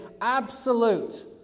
absolute